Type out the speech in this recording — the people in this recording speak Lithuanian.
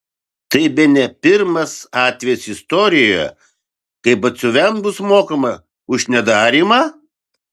tai bene pirmas atvejis istorijoje kai batsiuviams bus mokama už nedarymą